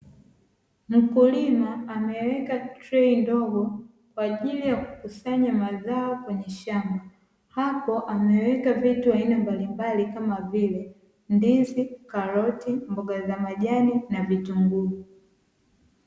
Mkulima ameweka trei ndogo kwa ajili ya kukusanya mazao kwenye shamba hapo ameweka vitu vya aina mbalimbali kama vile, ndizi karoti, mboga za majani na vitunguu.